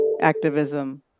activism